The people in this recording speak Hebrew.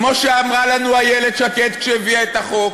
כמו שאמרה לנו איילת שקד כשהביאה את החוק,